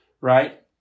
Right